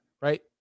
right